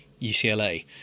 UCLA